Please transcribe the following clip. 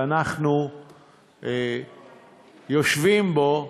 שאנחנו יושבים בו,